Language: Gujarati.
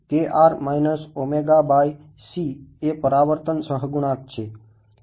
તેથી એ પરાવર્તન સહગુણક છે